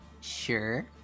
Sure